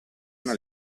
una